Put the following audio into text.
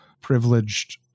privileged